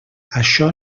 això